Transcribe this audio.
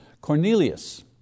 Cornelius